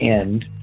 end